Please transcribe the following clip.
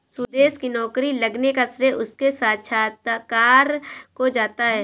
सुदेश की नौकरी लगने का श्रेय उसके साक्षात्कार को जाता है